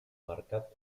mercat